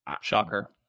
shocker